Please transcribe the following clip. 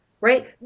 right